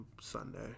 Sunday